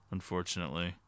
Unfortunately